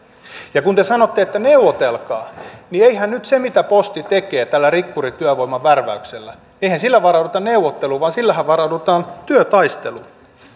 ja kun te sanotte että neuvotelkaa niin eihän nyt sillä mitä posti tekee tällä rikkurityövoiman värväyksellä varauduta neuvotteluun vaan sillähän varaudutaan työtaisteluun